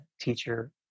teacher